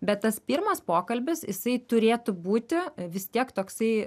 bet tas pirmas pokalbis jisai turėtų būti vis tiek toksai